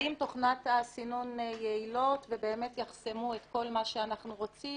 האם תוכנות הסינון יעילות ובאמת יחסמו את כל מה שאנחנו רוצים?